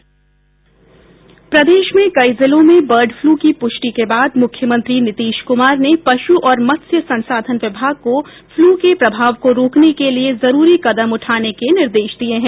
प्रदेश के कई जिलों में बर्ड फ्लू की पूष्टि के बाद मुख्यमंत्री नीतीश क्मार ने पशु और मत्स्य संसाधन विभाग को फ्लू के प्रभाव को रोकने के लिए जरूरी कदम उठाने के निर्देश दिये हैं